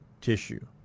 tissue